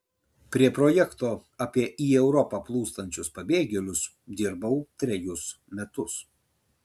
prie projekto apie į europą plūstančius pabėgėlius dirbau trejus metus